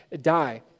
die